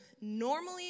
normally